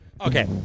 Okay